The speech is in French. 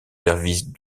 services